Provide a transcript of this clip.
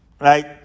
right